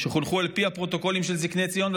שחונכו על פי הפרוטוקולים של זקני ציון,